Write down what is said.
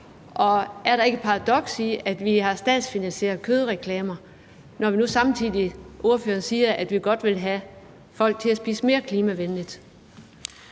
Og er der ikke et paradoks i, at vi har statsfinansierede kødreklamer, når vi nu samtidig, som ordføreren siger, godt vil have folk til at spise mere klimavenligt?